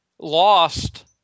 lost